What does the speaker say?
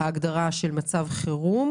ההגדרה של מצב חירום.